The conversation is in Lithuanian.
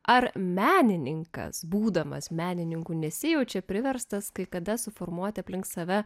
ar menininkas būdamas menininku nesijaučiau priverstas kai kada suformuoti aplink save